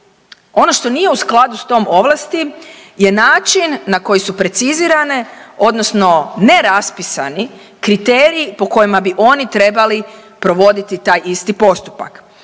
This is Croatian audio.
ono što nije u skladu s tom ovlasti je način na koji su precizirane odnosno ne raspisani kriteriji po kojima bi oni trebali provoditi taj isti postupak.